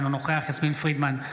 אינו נוכח יסמין פרידמן,